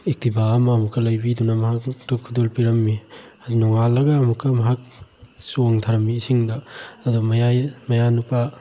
ꯑꯦꯛꯇꯤꯚꯥ ꯑꯃ ꯑꯃꯨꯛꯀ ꯂꯩꯕꯤꯗꯨꯅ ꯃꯍꯥꯛꯇꯨ ꯈꯨꯗꯣꯜ ꯄꯤꯔꯝꯃꯤ ꯅꯣꯡꯉꯥꯜꯂꯒ ꯑꯃꯨꯛꯀ ꯃꯍꯥꯛ ꯆꯣꯡꯊꯔꯝꯃꯤ ꯏꯁꯤꯡꯗ ꯑꯗꯣ ꯃꯌꯥꯅꯨꯄꯥ